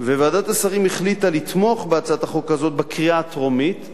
ועדת השרים החליטה לתמוך בהצעת החוק הזאת בקריאה הטרומית,